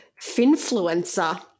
finfluencer